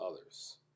others